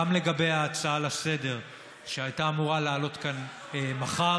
גם לגבי ההצעה לסדר-היום שהייתה אמורה לעלות כאן מחר